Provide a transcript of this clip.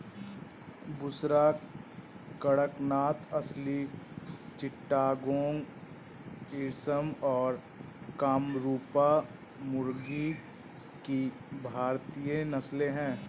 बुसरा, कड़कनाथ, असील चिट्टागोंग, झर्सिम और कामरूपा मुर्गी की भारतीय नस्लें हैं